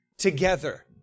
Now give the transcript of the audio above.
together